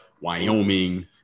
Wyoming